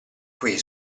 qui